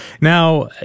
Now